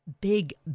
big